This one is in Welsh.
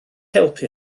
helpu